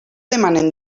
demanen